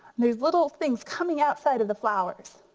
these little things coming outside of the flowers.